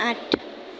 આઠ